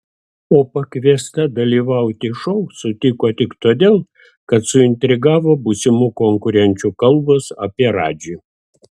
o pakviesta dalyvauti šou sutiko tik todėl kad suintrigavo būsimų konkurenčių kalbos apie radžį